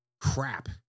crap